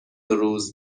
روز